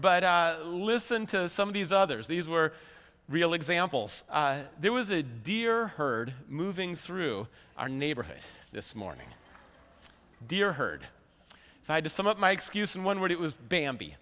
but listen to some of these others these were real examples there was a deer herd moving through our neighborhood this morning deer herd if i did some of my excuse in one word it was bambi